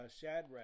Shadrach